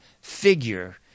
figure